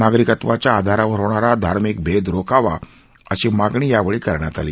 नागरिकत्वाच्या आधारावर होणारा धार्मिक भेद रोखावा अशी मागणी यावेळी करण्यात आली